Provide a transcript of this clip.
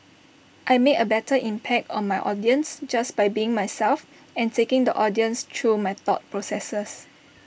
I make A better impact on my audience just by being myself and taking the audience through my thought processes